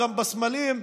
גם בסמלים,